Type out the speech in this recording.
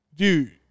Dude